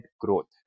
growth